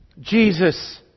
Jesus